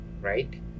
Right